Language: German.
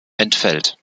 entfällt